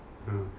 mm